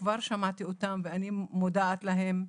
שכבר שמעתי אותן ואני מודעת להן.